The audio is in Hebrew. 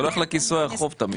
זה הולך לכיסוי החוב תמיד.